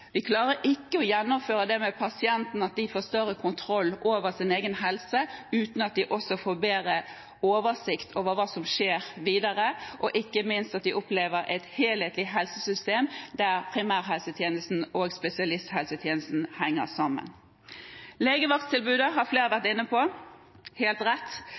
vi med ressurser. Vi klarer ikke å gjennomføre at pasientene får større kontroll over egen helse uten at de også får bedre oversikt over hva som skjer videre, og ikke minst at de opplever et helhetlig helsesystem der primærhelsetjenesten og spesialisthelsetjenesten henger sammen. Flere har vært inne på legevakttilbudet. Helt rett